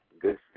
good